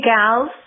gals